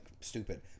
stupid